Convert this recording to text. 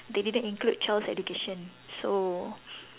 they didn't include child's education so